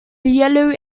yellow